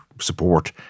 support